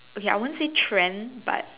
okay I won't say trend but